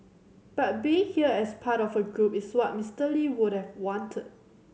but being here as part of a group is what Mister Lee would have wanted